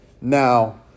Now